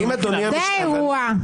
זה האירוע.